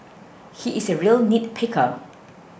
he is a real nitpicker